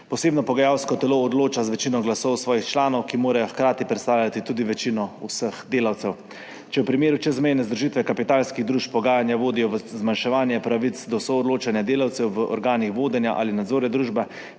Posebno pogajalsko telo odloča z večino glasov svojih članov, ki morajo hkrati predstavljati tudi večino vseh delavcev. Če primeru čezmejne združitve kapitalskih družb pogajanja vodijo v zmanjševanje pravic do soodločanja delavcev v organih vodenja ali nadzora družbe,